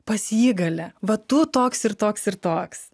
pas jį galia va tu toks ir toks ir toks